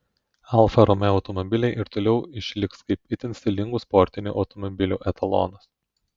alfa romeo automobiliai ir toliau išliks kaip itin stilingų sportinių automobilių etalonas